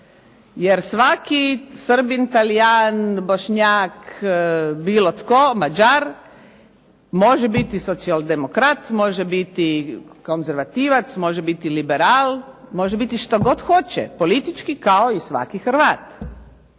Jer svaki Srbin, Talijan, Bošnjak, bilo tko Mađar, može biti socijaldemokrat, može biti konzervativac, može biti liberal, može biti što god hoće, politički kao i svaki Hrvat.